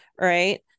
right